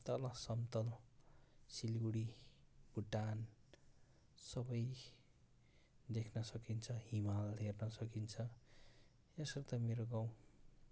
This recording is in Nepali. तल समतल सिलगडी भुटान सबै देख्न सकिन्छ हिमाल हेर्न सकिन्छ यसर्थ मेरो गाउँ